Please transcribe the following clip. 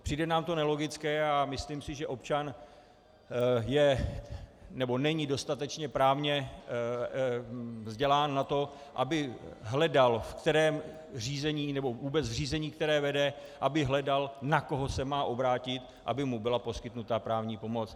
Přijde nám to nelogické a myslím si, že občan není dostatečně právně vzdělán na to, aby hledal, v kterém řízení, nebo vůbec v řízení, které vede, aby hledal, na koho se má obrátit, aby mu byla poskytnuta právní pomoc.